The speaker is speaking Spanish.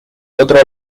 otro